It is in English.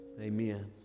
Amen